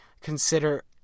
consider